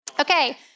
Okay